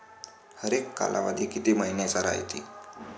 हरेक कालावधी किती मइन्याचा रायते?